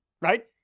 right